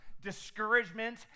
discouragement